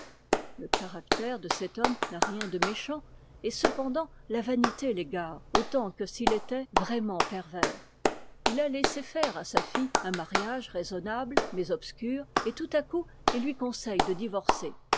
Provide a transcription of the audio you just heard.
le caractère de cet homme n'a rien de méchant et cependant la vanité l'égare autant que s'il était vraiment pervers h a laissé faire à sa fille un mariage raisonnable mais obscur et tout à coup il lui conseille de divorcer